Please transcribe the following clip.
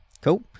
Cool